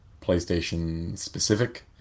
PlayStation-specific